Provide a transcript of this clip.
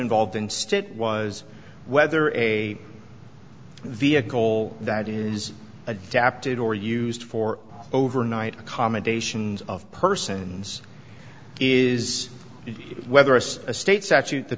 involved in state was whether a vehicle that is adapted or used for overnight accommodations of persons is it whether it's a state statute that